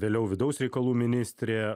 vėliau vidaus reikalų ministrė